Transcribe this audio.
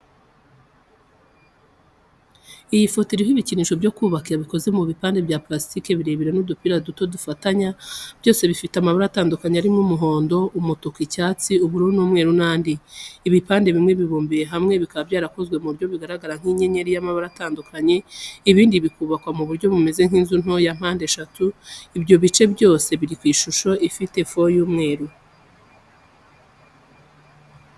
Iyi foto iriho ibikinisho byo kubaka bikoze mu bipande bya purasitike birebire n’udupira duto dufatanya, byose bifite amabara atandukanye arimo umuhondo, umutuku, icyatsi, ubururu, umweru n’andi. Ibipande bimwe bibumbiye hamwe bikaba byarakozwe mu buryo bigaragara nk’inyenyeri y’amabara atandukanye, ibindi bikubakwa mu buryo bumeze nk’inzu nto ya mpandeshatu. Ibyo bice byose biri ku ishusho ifite fond y’umweru.